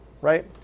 right